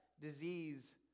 disease